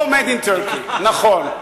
או Made in Turkey, נכון.